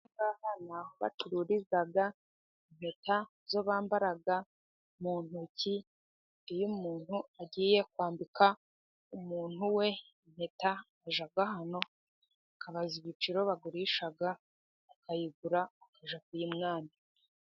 Aha ngaha ni aho bacururiza impeta, nizo bambara mu ntoki, iyo umuntu agiye kwambika umuntu we impeta, ajya hano akabaza ibiciro bagurisha akayigura, akajya kuyimwambika.